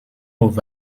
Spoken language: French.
aux